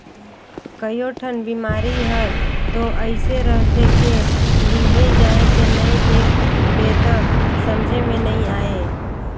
कयोठन बिमारी हर तो अइसे रहथे के लिघे जायके नई देख बे त समझे मे नई आये